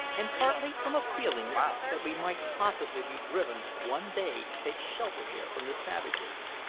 and partly from a feeling that we might possibly be driven one day to take shelter here from the savages.